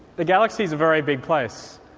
the galaxy is a very big place.